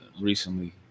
recently